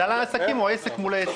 כלל העסקים, או עסק מול עסק?